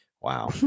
Wow